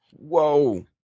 Whoa